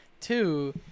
Two